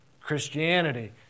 Christianity